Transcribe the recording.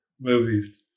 movies